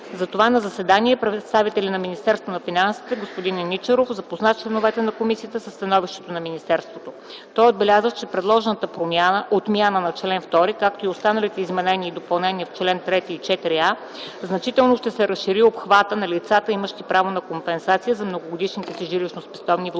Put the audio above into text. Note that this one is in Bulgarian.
На това заседание представителят на Министерството на финансите Иван Еничаров запозна членовете на комисията със становището на министерството. Той отбеляза, че с предложената отмяна на чл. 2, както и с останалите изменения и допълнения в чл. 3 и чл. 4а значително ще се разшири обхвата на лицата, имащи право на компенсация за многогодишните си жилищно-спестовни влогове.